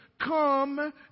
come